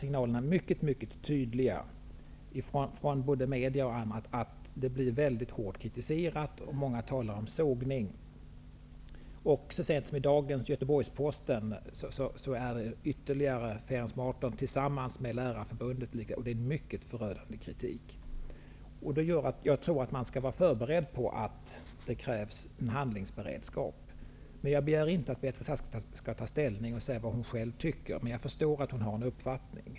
Signalerna från bl.a. media om hård kritik är nu mycket tydliga, många talar om ''sågning''. Så sent som i dagens Göteborgsposten skriver man att Ference Marton tillsammans med Lärarförbundet ger förslaget en mycket förödande kritik. Detta gör att jag tror att man skall vara förberedd på att en handlingsberedskap krävs. Jag ber emellertid inte att statsrådet Beatrice Ask skall vara beredd att ta ställning eller säga vad hon tycker, men jag förstår att hon har en uppfattning.